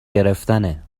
گرفتنه